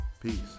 Peace